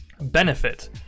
benefit